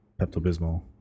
Pepto-Bismol